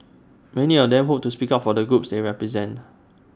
many of them hope to speak up for the groups they represent